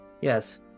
Yes